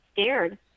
scared